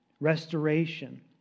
restoration